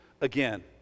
again